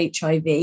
HIV